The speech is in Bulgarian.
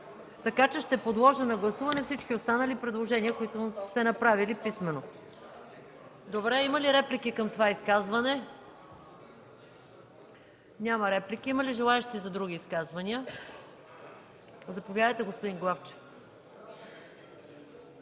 така че ще подложа на гласуване всички останали предложения, които сте направили писмено. Има ли реплики към това изказване? Няма реплики. Има ли желаещи за други изказвания? Заповядайте, господин Главчев.